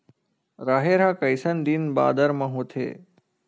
राहेर ह कइसन दिन बादर म होथे?